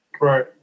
Right